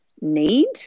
need